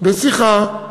בשיחה: